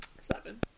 Seven